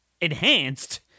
enhanced